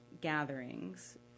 gatherings